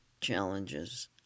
challenges